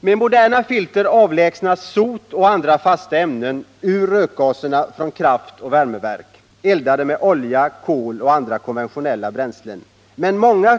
Med moderna filter avlägsnas sot och andra fasta ämnen ur rökgaserna från kraftoch värmeverk, eldade med olja, kol och andra konventionella bränslen. Men många